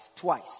twice